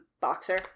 boxer